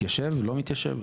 לא מתיישב?